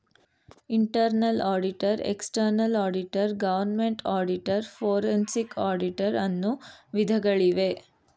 internal auditor, external auditor, government auditor, forensic auditor, ಅನ್ನು ವಿಧಗಳಿವೆ